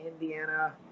Indiana